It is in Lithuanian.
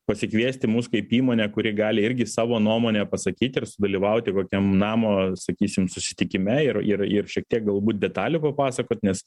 pasikviesti mus kaip įmonę kuri gali irgi savo nuomonę pasakyti ir sudalyvauti kokiam namo sakysim susitikime ir ir ir šiek tiek galbūt detalių papasakot nes